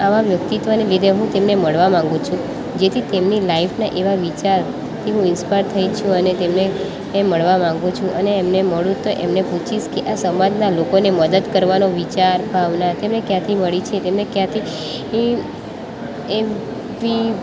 આવા વ્યક્તિત્ત્વને લીધે હું તેમને મળવા માગું છું જેથી તેમની લાઈફના એવા વિચારથી હું ઇન્સ્પાર થઈ છું અને તેમને એ મળવા માગું છું અને એમને મળું તો એમને પૂછીશ કે આ સમાજના લોકોને મદદ કરવાનો વિચાર ભાવના તેમને ક્યાંથી મળી છે તેમને ક્યાંથી એ વી